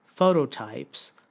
phototypes